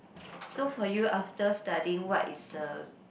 so for you after studying what is the